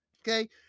Okay